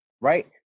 Right